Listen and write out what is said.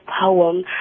poem